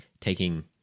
taking